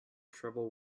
trouble